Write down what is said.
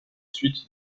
suites